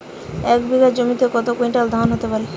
এক বিঘা জমিতে কত কুইন্টাল ধান হতে পারে?